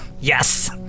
Yes